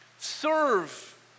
Serve